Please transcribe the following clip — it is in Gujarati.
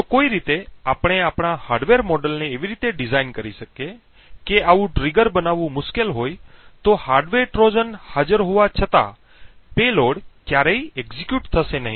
જો કોઈ રીતે આપણે આપણા હાર્ડવેર મોડેલને એવી રીતે ડિઝાઇન કરી શકીએ કે આવું ટ્રિગર બનાવવું મુશ્કેલ હોય તો હાર્ડવેર ટ્રોજન હાજર હોવા છતાં પેલોડ ક્યારેય એકઝેક્યુટ થશે નહીં